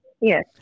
Yes